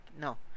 No